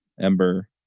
Ember